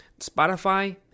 Spotify